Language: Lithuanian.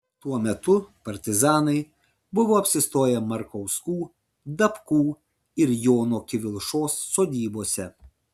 tuo metu partizanai buvo apsistoję markauskų dapkų ir jono kivilšos sodybose